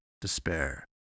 despair